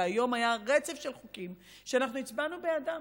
והיום היה רצף של חוקים שאנחנו הצבענו בעדם,